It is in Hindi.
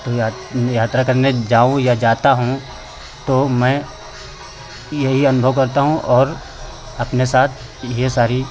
तो रात में यात्रा करने जाऊँ या जाता हूँ तो मैं यही अनुभव करता हूँ और अपने साथ ढेर सारी